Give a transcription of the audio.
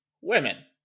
women